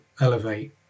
elevate